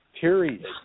period